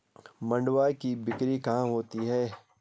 मंडुआ की बिक्री कहाँ होती है?